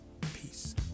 Peace